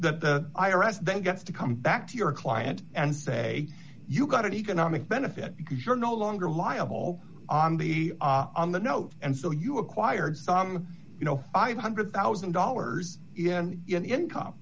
that the i r s then gets to come back to your client and say you got an economic benefit because you're no longer liable on the on the note and so you acquired some you know i one hundred thousand dollars in income